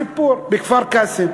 סיפור בכפר-קאסם.